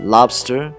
Lobster